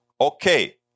Okay